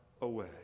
away